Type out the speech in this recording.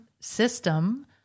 system